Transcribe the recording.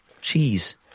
cheese